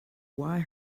why